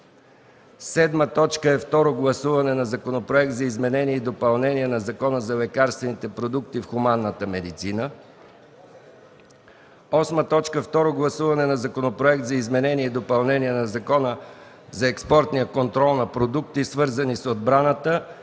напитки. 7. Второ гласуване на Законопроект за изменение и допълнение на Закона за лекарствените продукти в хуманната медицина. 8. Второ гласуване на Законопроект за изменение и допълнение на Закона за експортния контрол на продукти, свързани с отбраната,